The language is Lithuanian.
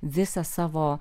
visą savo